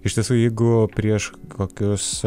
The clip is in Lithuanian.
iš tiesų jeigu prieš kokius